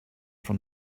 from